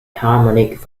harmonic